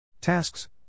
Tasks